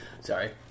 sorry